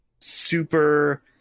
super